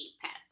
pets